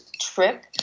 trip